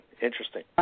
Interesting